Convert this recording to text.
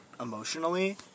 emotionally